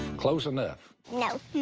close enough. no.